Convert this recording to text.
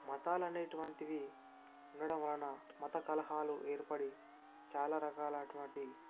మతాలు అనేటువంటివి ఉండడం వలన మత కలహాలు ఏర్పడి చాలా రకాలైనటువంటి